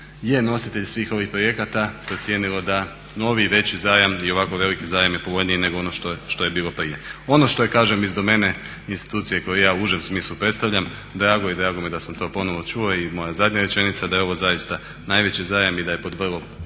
je nositelj svih ovih projekata procijenilo da novi i veći zajam i ovako veliki zajam je nepovoljniji nego ono što je bilo prije. Ono što je kažem iz domene institucije koju ja u užem smislu predstavljam drago mi je da sam to ponovno čuo i moja zadnja rečenica da je ovo zaista najveći zajam i da je pod vrlo